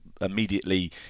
immediately